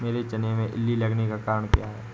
मेरे चने में इल्ली लगने का कारण क्या है?